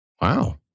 Wow